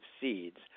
seeds